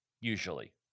usually